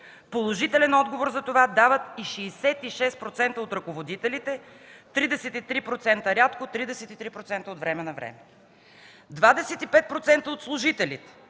Положителен отговор за това дават и 66% от ръководителите: 33% – рядко, 33% – от време на време; 25% от служителите